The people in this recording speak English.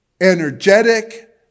Energetic